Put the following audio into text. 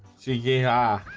see ya